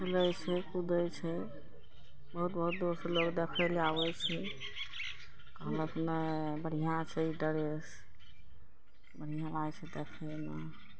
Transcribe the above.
खेलय छै कूदय छै बहुत बहुत दूरसँ लोग देखय लए आबय छै कहलक नहि बढ़िआँ छै ड्रेस बढ़िआँ होइ छै देखयमे